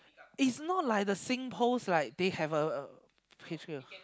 it's not like the SingPost like they have a a